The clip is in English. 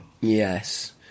yes